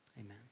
Amen